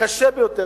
קשה ביותר.